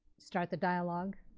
start the dialogue.